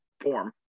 form